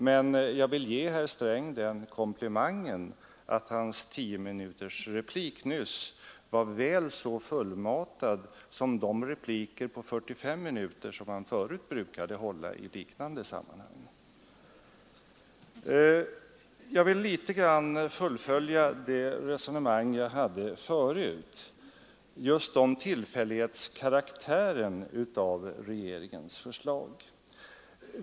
Men jag vill ge herr Sträng den komplimangen att hans 10-minutersreplik nyss var väl så fullmatad som de repliker på 45 minuter som han förut brukade avge i liknande sammanhang. Jag skall fullfölja mitt tidigare resonemang om tillfällighetskaraktären hos regeringes förslag.